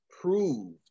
proved